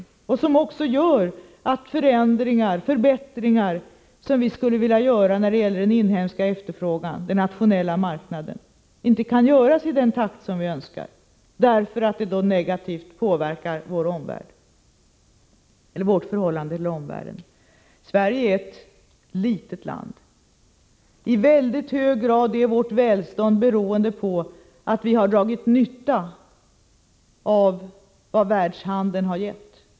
Dessa begränsningar gör också att förändringar och förbättringar, som vi skulle vilja genomföra när det gäller den inhemska efterfrågan på den nationella marknaden, inte kan göras i den takt som vi önskar, eftersom det negativt påverkar vårt förhållande till omvärlden. Sverige är ett litet land. I väldigt hög grad beror vårt välstånd på att vi har dragit nytta av vad världshandeln har gett.